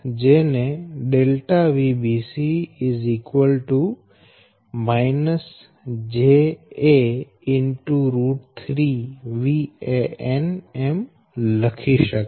જેને ΔVbc ja3Van એમ લખી શકાય